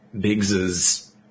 Biggs's